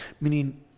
meaning